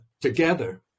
together